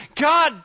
God